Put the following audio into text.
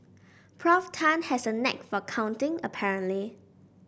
Prof Tan has a knack for counting apparently